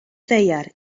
ddaear